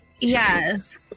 Yes